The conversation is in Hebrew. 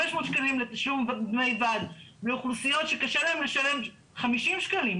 500 שקלים לתשלום דמי ועד באוכלוסיות שקשה להם לשלם 50 שקלים,